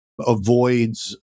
avoids